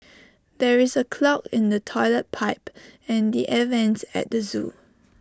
there is A clog in the Toilet Pipe and the air Vents at the Zoo